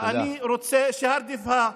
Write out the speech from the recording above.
ואני רוצה שהרדיפה,